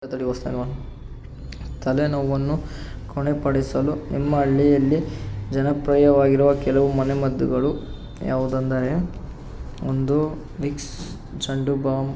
ತಲೆನೋವನ್ನು ಗುಣಪಡಿಸಲು ನಿಮ್ಮ ಹಳ್ಳಿಯಲ್ಲಿ ಜನಪ್ರಿಯವಾಗಿರುವ ಕೆಲವು ಮನೆಮದ್ದುಗಳು ಯಾವುದೆಂದರೆ ಒಂದು ವಿಕ್ಸ್ ಝಂಡು ಬಾಂಬ್